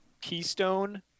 Keystone